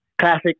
Classic